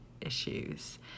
issues